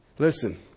Listen